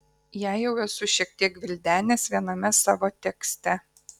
ją jau esu šiek tiek gvildenęs viename savo tekste